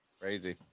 Crazy